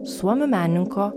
suomių menininko